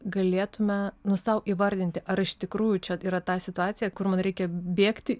galėtume nu sau įvardinti ar iš tikrųjų čia yra ta situacija kur man reikia bėgti